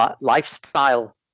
lifestyle